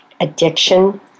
addiction